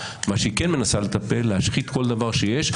מה שהיא כן מנסה לטפל זה להשחית כל דבר שיש,